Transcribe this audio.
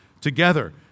together